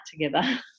together